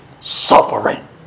suffering